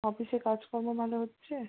অফিসের কাজকর্ম ভালো হচ্ছে